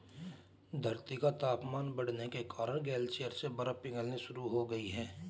धरती का तापमान बढ़ने के कारण ग्लेशियर से बर्फ पिघलना शुरू हो गयी है